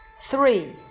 three